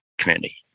community